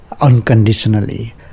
unconditionally